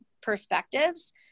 perspectives